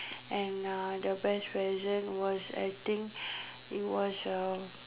and the best present I think is was a